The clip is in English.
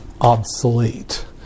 obsolete